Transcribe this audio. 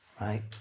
right